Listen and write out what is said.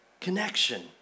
connection